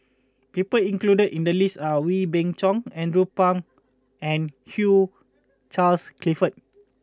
people included in the list are Wee Beng Chong Andrew Phang and Hugh Charles Clifford